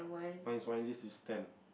mine is this is ten